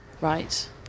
Right